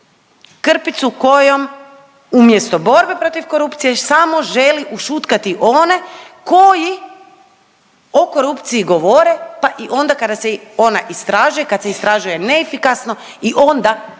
Krpicu kojom umjesto borbe protiv korupcije samo želi ušutkati one koji o korupciji govore pa i onda kada se ona istražuje, kad se istražuje neefikasno i onda